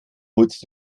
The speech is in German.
holst